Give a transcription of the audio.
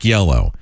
Yellow